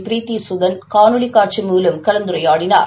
பீரித்தி சுதன் காணொலிகாட்சி மூலம் கலந்துரையாடினார்